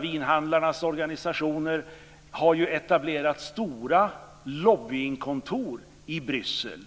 vinhandlarnas organisationer och en rad andra - har etablerat stora lobbykontor i Bryssel.